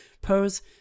pose